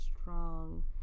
strong